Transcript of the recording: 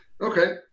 Okay